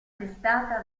testata